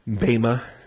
Bema